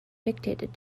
dictated